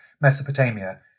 Mesopotamia